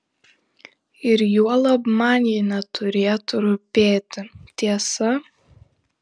ir juolab man ji neturėtų rūpėti tiesa